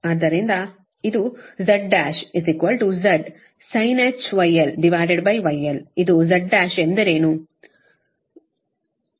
ಆದ್ದರಿಂದ ಇದು Z1 Z sinh γl γl ಇದು Z1ಎಂದರೇನು Z1 ಅದಕ್ಕೆ ಬರುತ್ತೇನೆ